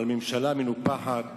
על ממשלה מנופחת